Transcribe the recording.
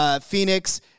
Phoenix